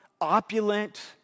opulent